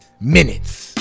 minutes